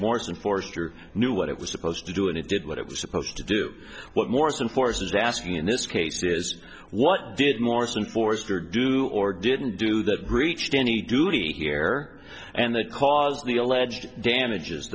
more than forrester knew what it was supposed to do and it did what it was supposed to do what morrison force is asking in this case is what did morrison foerster do or didn't do that breached any duty here and that caused the alleged damages